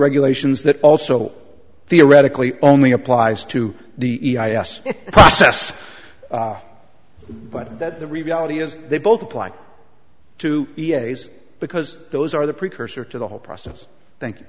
regulations that also theoretically only applies to the process but that the reality is they both apply to e a s because those are the precursor to the whole process thank